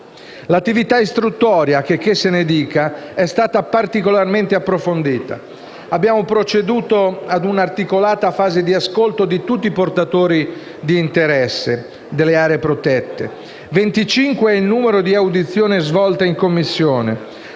L’attività istruttoria, checché se ne dica, è stata particolarmente approfondita. Abbiamo proceduto ad un’articolata fase di ascolto di tutti i portatori di interesse delle aree protette. Venticinque è il numero di audizioni svolte in Commissione,